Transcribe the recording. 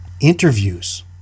Interviews